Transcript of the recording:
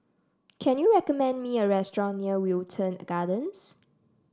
can you recommend me a restaurant near Wilton Gardens